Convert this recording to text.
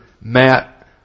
Matt